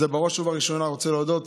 בראש ובראשונה אני רוצה להודות